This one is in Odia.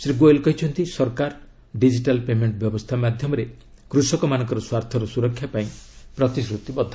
ଶ୍ରୀ ଗୋଏଲ୍ କହିଛନ୍ତି ସରକାର ଡିଜିଟାଲ୍ ପେମେଣ୍ଟ ବ୍ୟବସ୍ଥା ମାଧ୍ୟମରେ କୃଷକମାନଙ୍କ ସ୍ୱାର୍ଥର ସୁରକ୍ଷା ପାଇଁ ପ୍ରତିଶ୍ରତିବଦ୍ଧ